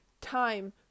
time